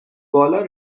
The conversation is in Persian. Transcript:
بالا